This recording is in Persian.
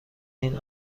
این